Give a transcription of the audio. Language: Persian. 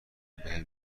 بهم